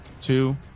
two